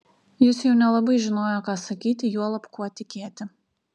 jis jau nelabai žinojo ką sakyti juolab kuo tikėti